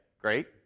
great